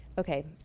Okay